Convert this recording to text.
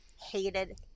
hated